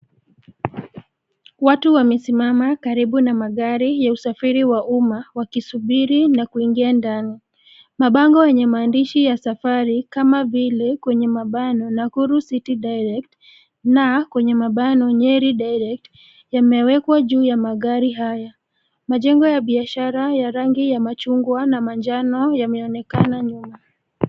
Watu wamesimama karibu na magari ya usafiri wa umma wakisubiri na kuingia ndani. Mabango yenye maandishi ya safari kama vile, kwenye mabano Nakuru City direct na kwenye mabano Nyeri direct yamewekwa juu ya magari haya. Majengo ya biashara ya rangi ya machungwa na manjano yameonekana nyuma.